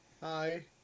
Hi